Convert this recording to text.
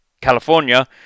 California